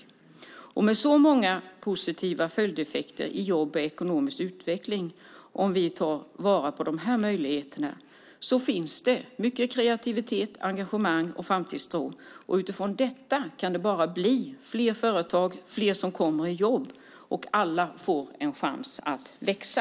Om vi tar vara på dessa möjligheter får det många positiva följdeffekter i form av jobb och ekonomisk utveckling. Det finns mycket kreativitet, engagemang och framtidstro, och utifrån detta kan det bara bli fler företag och fler som kommer i jobb. Och alla får en chans att växa.